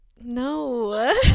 No